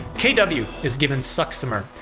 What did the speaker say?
kw is given succimer.